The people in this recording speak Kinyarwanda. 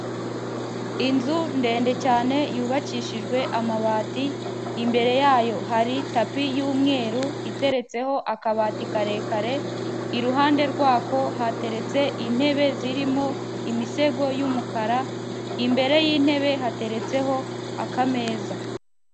Inzu ndende cyane yubakishijwe amabati, imbere yayo hari tapi y'umweru iteretseho akabati karekare, iruhande rwako hateretse intebe zirimo imisego y'umukara, imbere y'intebe hateretseho akameza.